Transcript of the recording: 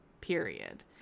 Period